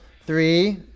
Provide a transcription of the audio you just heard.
Three